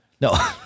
No